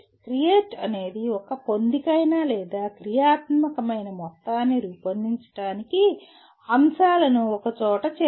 create అనేది ఒక పొందికైన లేదా క్రియాత్మకమైన మొత్తాన్ని రూపొందించడానికి అంశాలను ఒకచోట చేర్చడం